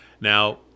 Now